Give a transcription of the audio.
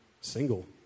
single